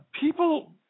people